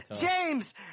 James